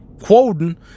quoting